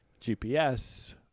GPS